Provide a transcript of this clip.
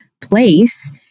place